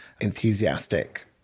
enthusiastic